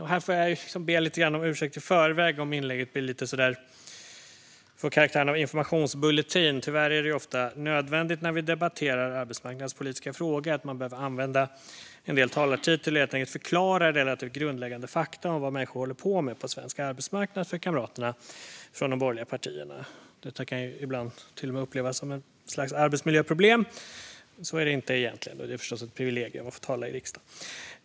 Här får jag be lite grann om ursäkt i förväg, om inlägget får karaktären av en informationsbulletin. Tyvärr är det ofta nödvändigt, när vi debatterar arbetsmarknadspolitiska frågor, att använda en del talartid till att helt enkelt förklara relativt grundläggande fakta om vad människor håller på med på svensk arbetsmarknad för kamraterna från de borgerliga partierna. Detta kan ibland till och med upplevas som ett slags arbetsmiljöproblem. Så är det egentligen inte. Det är förstås ett privilegium att få tala i riksdagen.